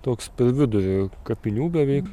toks per vidurį kapinių beveik